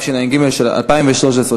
התשע"ג 2013,